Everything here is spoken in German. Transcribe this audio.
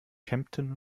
kempten